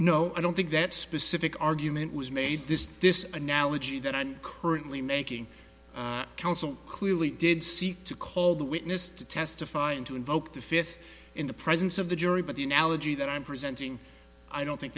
no i don't think that specific argument was made this this analogy that aren't currently making counsel clearly did seek to call the witness to testify and to invoke the fifth in the presence of the jury but the analogy that i'm presenting i don't think